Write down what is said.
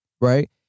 right